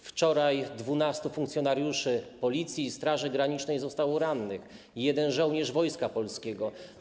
Wczoraj 12 funkcjonariuszy Policji i Straży Granicznej zostało rannych, i jeden żołnierz Wojska Polskiego.